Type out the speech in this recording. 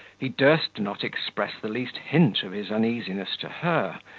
he durst not express the least hint of his uneasiness to her,